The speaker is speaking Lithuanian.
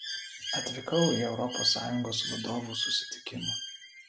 atvykau į europos sąjungos vadovų susitikimą